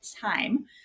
time